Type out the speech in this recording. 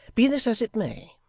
be this as it may,